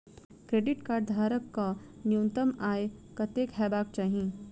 Credit card धारक कऽ न्यूनतम आय कत्तेक हेबाक चाहि?